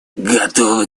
готовы